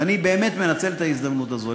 ואני באמת מנצל את ההזדמנות הזאת,